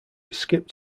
skipped